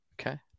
Okay